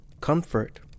comfort